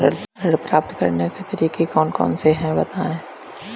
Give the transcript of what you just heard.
ऋण प्राप्त करने के तरीके कौन कौन से हैं बताएँ?